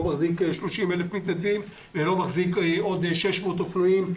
מחזיק 30,000 מתנדבים ולא מחזיק עוד 600 אופנועים.